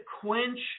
quench